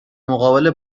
مقابله